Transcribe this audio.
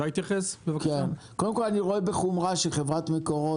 אני רואה בחומרה שחברת מקורות,